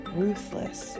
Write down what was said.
ruthless